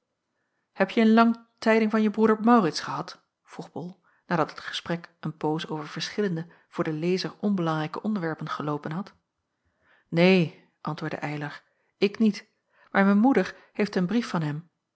hebje in lang tijding van je broeder maurits gehad vroeg bol nadat het gesprek een poos over verschillende voor den lezer onbelangrijke onderwerpen geloopen had neen antwoordde eylar ik niet maar mijn moeder heeft een brief van hem